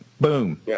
Boom